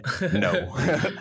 no